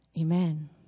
Amen